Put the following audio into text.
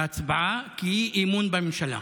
בהצבעה, כאי-אמון בממשלה.